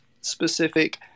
specific